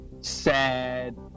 sad